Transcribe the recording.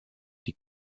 die